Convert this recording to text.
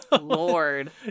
Lord